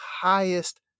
highest